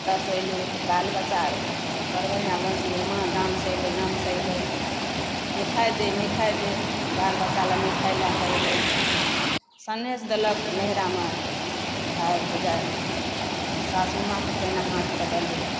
ओतऽसंँ एलहुँ तऽ बाल बच्चा बर बढ़िआँ मोनसंँ माँ गामसँ एलय गामसंँ एलय मिठाइ दे मिठाइ दे बाल बच्चा लऽ मिठाइ लए कऽ एलहुँ सनेस देलक नैहरामे भाय भौजाइ सासुमाँके पहिने हाथक देलहुँ